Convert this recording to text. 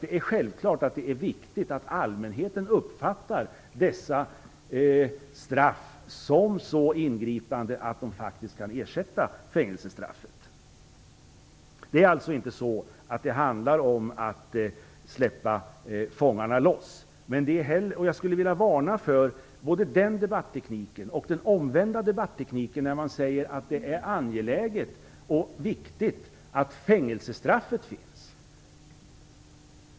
Det är självklart viktigt att allmänheten uppfattar dessa straff som så ingripande att de faktiskt kan ersätta fängelsestraffet. Det handlar alltså inte om släppa fångarna loss, och jag skulle vilja varna både för den debattekniken och för den omvända, dvs. att man säger att det är angeläget och viktigt att fängelsestraffet finns.